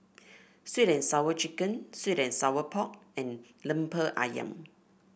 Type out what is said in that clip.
sweet and Sour Chicken sweet and Sour Pork and lemper ayam